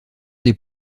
des